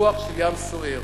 רוח של ים סוער.